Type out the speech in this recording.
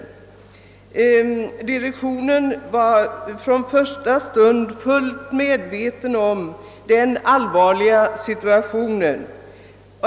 Direktionen var från första början fullt medveten om det allvarliga i situationen.